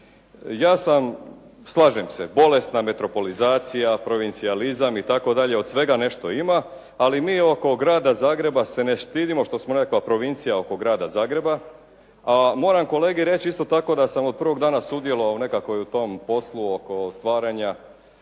ja sam, slažem se, bolesna metropolizacija, provincijalizam itd. od svega nešto ima, ali mi oko Grada Zagreba se ne stidimo što smo nekakva provincija oko Grada Zagreba, a moram kolegi reći isto tako da sam od prvog dana sudjelovao nekako u tom poslu oko stvaranja